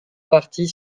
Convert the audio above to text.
partie